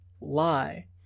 lie